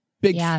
big